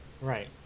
Right